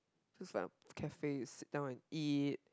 just like cafe you sit down and eat